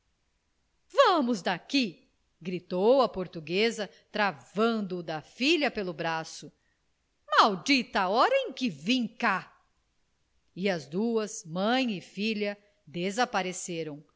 vamos daqui gritou a portuguesa travando da filha pelo braço maldita a hora em que vim cá e as duas mãe e filha desapareceram